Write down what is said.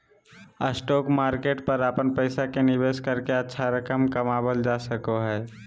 stock market पर अपन पैसा के निवेश करके अच्छा रकम कमावल जा सको हइ